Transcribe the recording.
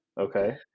Okay